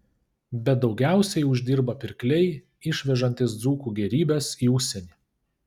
bet daugiausiai uždirba pirkliai išvežantys dzūkų gėrybes į užsienį